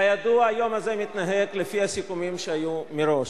כידוע, היום הזה מתנהג לפי הסיכומים שהיו מראש.